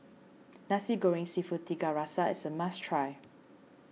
Nasi Goreng Seafood Tiga Rasa is a must try